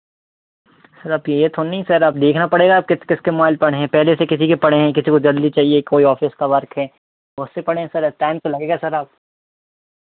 sir आप ये थोड़ी नहीं सर अब देखना किस किस के मोबाइल पड़े हैं पहले से किसी के पड़े हैं किसी को जल्दी चाहिए कोई ऑफिस का वर्क है बहुत से पड़े हैं सर टाइम तो लगेगा सर आप